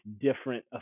different